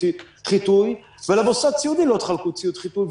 חיטוי ולמוסד סיעודי לא תחלקו ציוד חיטוי,